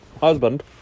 husband